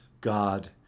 God